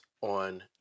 on